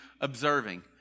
observing